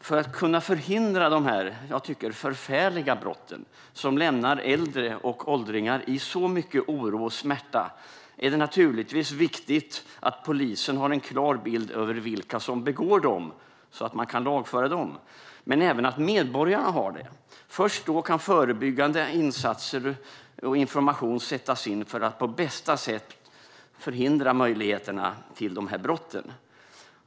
För att kunna förhindra dessa förfärliga brott, som lämnar äldre och åldringar i så mycket oro och smärta, är det naturligtvis viktigt att polisen har en klar bild av vilka som begår dem så att man kan lagföra gärningsmännen. Även medborgarna behöver ha en klar bild. Först då kan förebyggande insatser och information sättas in för att man på bästa sätt ska kunna förhindra möjligheterna att begå dessa brott.